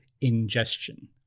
ingestion